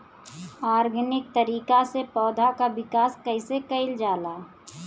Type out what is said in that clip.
Organic तरीका से पौधा क विकास कइसे कईल जाला?